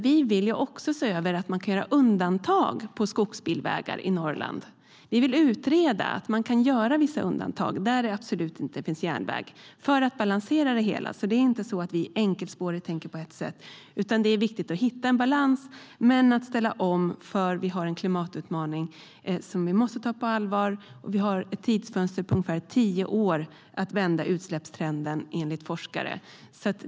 Vi vill dock se över möjligheten att göra undantag för skogsbilvägar i Norrland. Vi vill utreda om man kan göra vissa undantag där det inte finns järnväg för att balansera det hela. Vi tänker alltså inte enkelspårigt, utan det är viktigt att hitta en balans. Men vi måste ställa om, för vi har en klimatutmaning som vi måste ta på allvar. Enligt forskarna har vi ett tidsfönster på tio år för att vända utsläppstrenden.